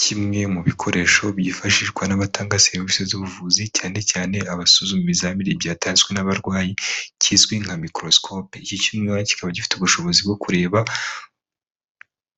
Kimwe mu bikoresho byifashishwa n'abatanga serivisi z'ubuvuzi cyane cyane abasuzuma ibizamini byatanzwe n'abarwayi kizwi nka microscope, iki cyuma kikaba gifite ubushobozi bwo kureba